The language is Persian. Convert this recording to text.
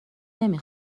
نمی